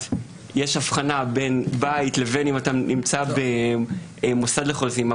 יש הבחנה בין בית לבין אם אתה נמצא במוסד לחוסים.